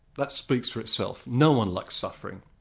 that speaks for itself. no-one likes suffering.